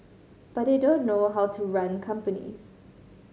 but they don't know how to run companies